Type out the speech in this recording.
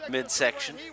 midsection